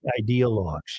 ideologues